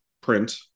print